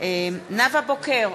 נאוה בוקר,